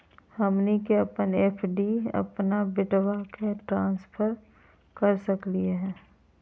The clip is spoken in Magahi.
हमनी के अपन एफ.डी अपन बेटवा क ट्रांसफर कर सकली हो?